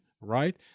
Right